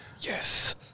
Yes